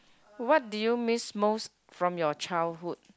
what do you miss most from you childhood